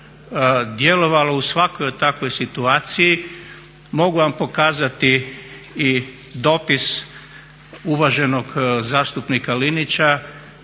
djelovalo u svakoj takvoj situaciji. Mogu vam pokazati i dopis uvaženog zastupnika Linića